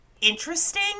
interesting